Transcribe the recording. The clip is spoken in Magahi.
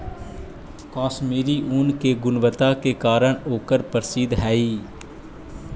कश्मीरी ऊन के गुणवत्ता के कारण ओकर प्रसिद्धि हइ